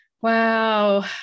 Wow